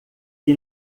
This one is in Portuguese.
que